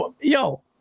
yo